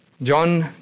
John